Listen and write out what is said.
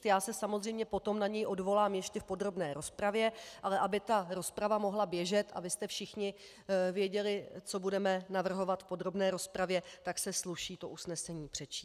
Já se samozřejmě potom na něj odvolám ještě v podrobné rozpravě, ale aby ta rozprava mohla běžet a abyste všichni věděli, co budeme navrhovat v podrobné rozpravě, tak se sluší to usnesení přečíst: